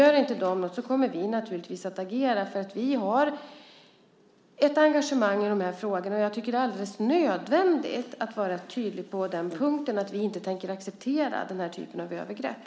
Gör inte de något kommer vi naturligtvis att agera, för vi har ett engagemang i de här frågorna, och jag tycker att det är alldeles nödvändigt att vara tydlig på den punkten. Vi tänker inte acceptera den här typen av övergrepp.